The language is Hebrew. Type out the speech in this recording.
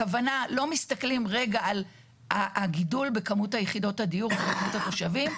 הכוונה לא מסתכלים רגע על הגידול בכמות יחידות הדיור וכמות התושבים,